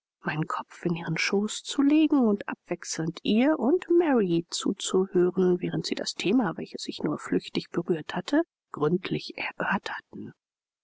meinen kopf in ihren schoß zu legen und abwechselnd ihr und mary zuzuhören während sie das thema welches ich nur flüchtig berührt hatte gründlich erörterten